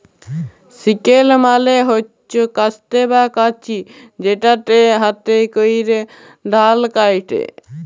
sickle মালে হচ্যে কাস্তে বা কাঁচি যেটাতে হাতে ক্যরে ধাল কাটে